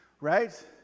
right